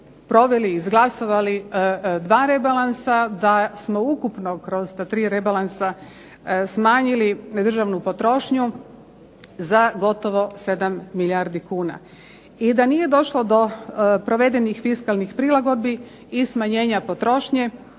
proveli, izglasali dva rebalansa, da smo ukupno kroz ta tri rebalansa smanjili državnu potrošnju za gotovo 7 milijardi kuna. I da nije došlo do provedenih fiskalnih prilagodbi i smanjenja potrošnje,